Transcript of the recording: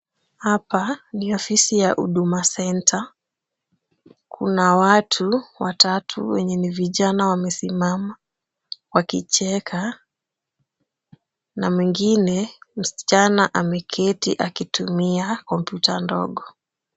Hapa ni afisi ya huduma centre. Kuna watu watatu wenye ni vijana wamesimama wakicheka na mwingine msichana ameketi akitumia upita ndogo.